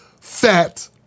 fat